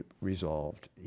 resolved